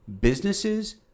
businesses